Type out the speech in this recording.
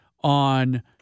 on